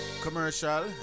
commercial